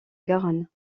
garonne